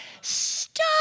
Stop